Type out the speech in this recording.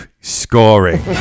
scoring